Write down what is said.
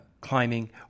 climbing